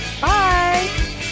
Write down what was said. Bye